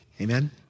Amen